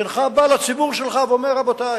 שאינך בא לציבור שלך ואומר: רבותי,